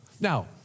Now